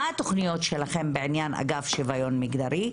מה התוכניות שלכם בעניין אגף שוויון מגדרי.